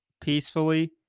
peacefully